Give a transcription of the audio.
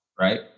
Right